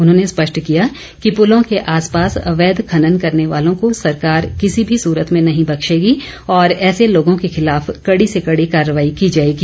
उन्होंने ने स्पष्ट किया कि पूलों के आस पास अवैध खनन करने वालों को सरकार किसी भी सूरत में नहीं बख्शेगी और ऐसे लोगों के खिलाफ कड़ी से कड़ी कार्रवाई की जाएगी